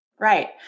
Right